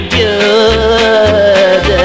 good